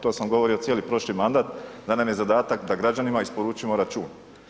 To sam govorio cijeli prošli mandat, da nam je zadatak da građanima isporučimo račun.